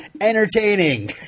entertaining